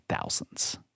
thousands